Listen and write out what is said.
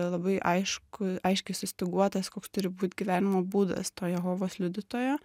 labai aišku aiškiai sustyguotas koks turi būt gyvenimo būdas to jehovos liudytojo